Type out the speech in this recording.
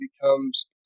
becomes